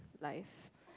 life